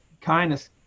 Kindness